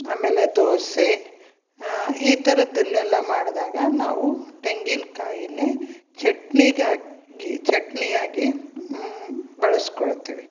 ಆಮೇಲೆ ದೋಸೆ ಈ ಥರದ್ದನ್ನೆಲ್ಲ ಮಾಡಿದಾಗ ನಾವು ತೆಂಗಿನ ಕಾಯಿನೆ ಚಟ್ನಿಗಾಗಿ ಚಟ್ನಿ ಆಗಿ ಬಳ್ಸ್ಕೊಳ್ತೀವಿ